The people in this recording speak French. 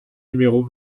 numéro